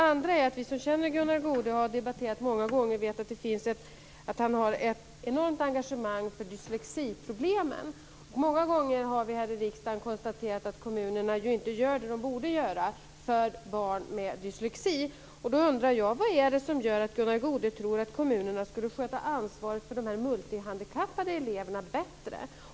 Vi som känner Gunnar Goude och har debatterat med honom vet att han har ett enormt engagemang för dyslexiproblemen. Många gånger har vi här i riksdagen konstaterat att kommunerna inte gör det som de borde göra för barn med dyslexi. Jag undrar då: Vad är det som gör att Gunnar Goude tror att kommunerna skulle sköta ansvaret för de multihandikappade eleverna bättre?